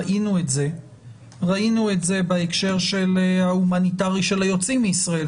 ראינו את זה בהקשר ההומניטרי של היוצאים מישראל,